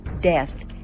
death